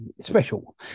special